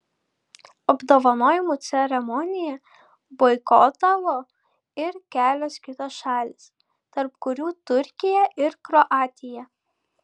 apdovanojimų ceremoniją boikotavo ir kelios kitos šalys tarp kurių turkija ir kroatija